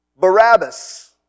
Barabbas